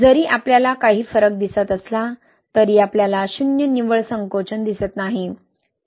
जरी आपल्याला काही फरक दिसत असला तरी आपल्याला शून्य निव्वळ संकोचन दिसत नाही